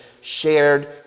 shared